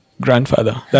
grandfather